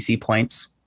points